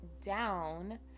down